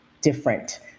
different